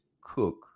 cook